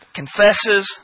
confesses